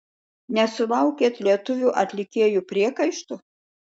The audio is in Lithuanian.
nesulaukėt lietuvių atlikėjų priekaištų